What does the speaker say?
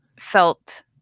felt